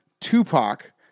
Tupac